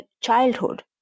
childhood